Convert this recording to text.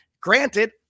Granted